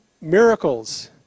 miracles